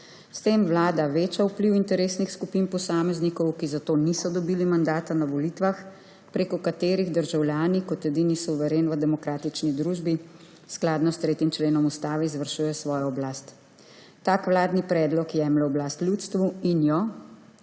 S tem vlada veča vpliv interesnih skupin posameznikov, ki za to niso dobili mandata na volitvah, prek katerih državljan kot edini suveren v demokratični družbi skladno s 3. členom Ustave izvršuje svojo oblast. Tak vladni predlog jemlje oblast ljudstvu in jo